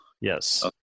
yes